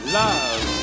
love